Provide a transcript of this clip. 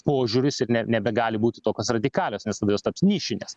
požiūris ir ne nebegali būti tokios radikalios nes tada jos taps nišinės